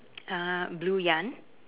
uh blue yarn